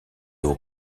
aux